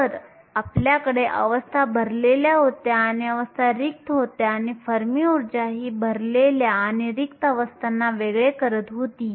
तर आपल्याकडे अवस्था भरलेल्या होत्या आणि अवस्था रिक्त होत्या आणि फर्मी ऊर्जा ही भरलेल्या आणि रिक्त अवस्थाना वेगळे करत होती